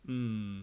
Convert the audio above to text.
mm